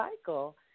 cycle